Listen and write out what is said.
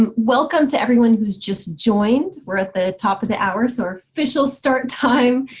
um welcome to everyone who's just joined. we're at the top of the hour, it's our official start time.